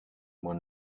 man